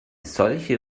solche